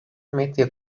medya